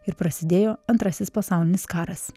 ir prasidėjo antrasis pasaulinis karas